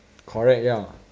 correct ya